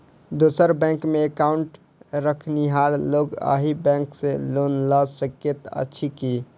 दोसर बैंकमे एकाउन्ट रखनिहार लोक अहि बैंक सँ लोन लऽ सकैत अछि की?